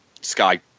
Sky